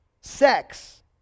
sex